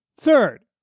Third